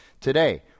today